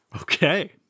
Okay